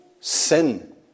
Sin